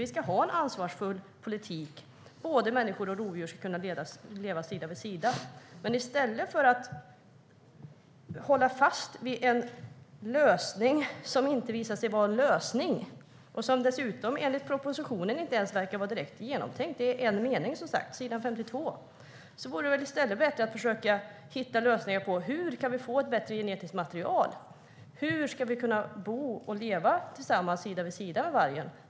Vi ska ha en ansvarsfull politik som gör att människor och rovdjur ska kunna leva sida vid sida. Men i stället för att hålla fast vid en lösning som visade sig inte vara en lösning, och som dessutom enligt propositionen inte ens verkar vara direkt genomtänkt - det är en mening, som sagt, på s. 52 - vore det väl bättre att försöka hitta lösningar på hur vi kan få ett bättre genetiskt material och kan bo och leva sida vid sida med vargen.